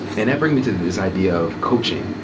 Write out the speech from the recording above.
and that brings me to this idea of coaching,